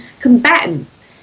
combatants